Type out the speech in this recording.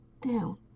down